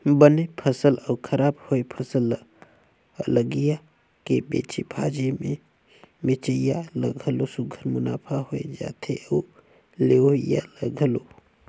बने फसल अउ खराब होए फसल ल अलगिया के बेचे भांजे ले बेंचइया ल घलो सुग्घर मुनाफा होए जाथे अउ लेहोइया ल घलो